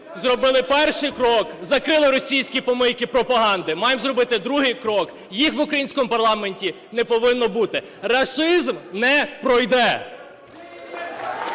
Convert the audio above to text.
зробили перший крок – закрили російські "помийки" пропаганди, маємо зробити другий крок – їх в українському парламенті не повинно бути, рашизм не пройде.